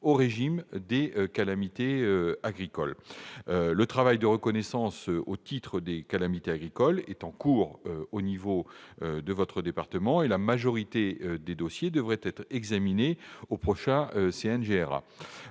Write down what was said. au régime des calamités agricoles. Le travail de reconnaissance au titre des calamités agricoles est en cours au niveau départemental et la majorité des dossiers devrait être examinée au prochain comité